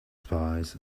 spies